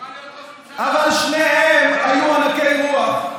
אבל שניהם היו ענקי רוח,